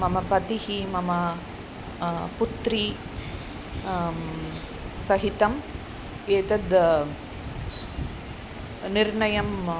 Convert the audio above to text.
मम पतिः मम पुत्री सहितम् एतद् निर्णयम्